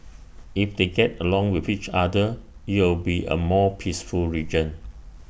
if they get along with each other it'll be A more peaceful region